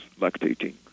lactating